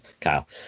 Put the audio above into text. Kyle